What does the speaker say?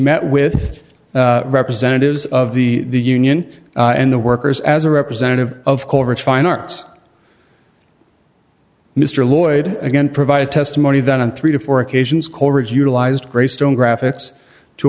met with representatives of the union and the workers as a representative of corporate fine arts mr lloyd again provided testimony that on three to four occasions coleridge utilized greystone graphics to